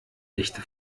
echte